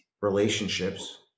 relationships